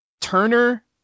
Turner